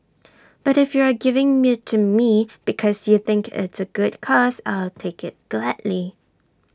but if you are giving IT to me because you think it's A good cause I'll take IT gladly